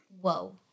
Whoa